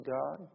God